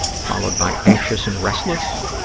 followed by anxious and restless,